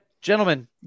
gentlemen